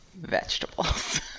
vegetables